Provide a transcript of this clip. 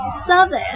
service